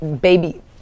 baby